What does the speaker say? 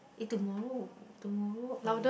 eh tomorrow tomorrow um